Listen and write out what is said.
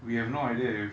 we have no idea if